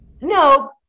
No